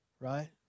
right